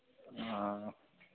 हाँ